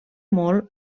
molt